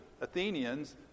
Athenians